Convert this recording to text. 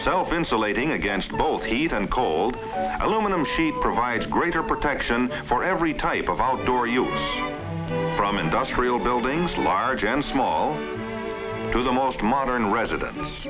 so insulating against both feet and cold aluminum sheet provides greater protection for every type of outdoor use from industrial buildings large and small to the most modern residen